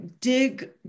dig